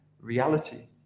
reality